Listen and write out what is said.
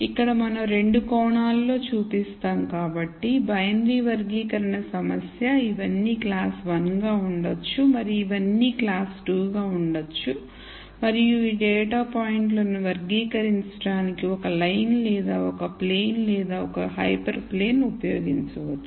ఇక్కడ మనం 2 కోణాలలో చూపిస్తాము కాబట్టి బైనరీ వర్గీకరణ సమస్య ఇవన్నీ క్లాస్ 1 గా ఉండొచ్చు మరియు ఇవన్నీ క్లాస్ 2 కావచ్చు మరియు ఈ డేటా పాయింట్లను వర్గీకరించడానికి ఒక లైన్ లేదా ఒక ప్లేన్ లేదా ఒక హైపర్ ప్లేన్ ఉపయోగించవచ్చు